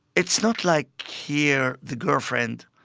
it's not like here, the girlfriend.